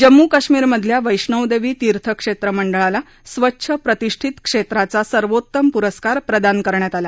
जम्मू काश्मीरमधल्या वैष्णोदेवी तीर्थक्षेत्र मंडळाला स्वच्छ प्रतिष्ठित क्षेत्राचा सर्वोत्तम पुरस्कार प्रदान करण्यात आला